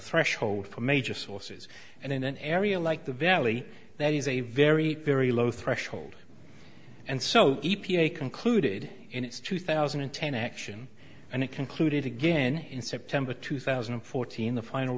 threshold for major sources and in an area like the valley that is a very very low threshold and so e p a concluded in its two thousand and ten action and it concluded again in september two thousand and fourteen the final